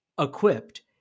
equipped